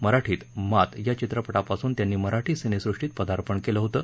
मराठीत मात या चित्रपटापासून त्यांनी मराठी सिनेसुष्टीत पदार्पण केलं होतं